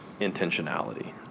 intentionality